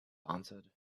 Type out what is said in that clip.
answered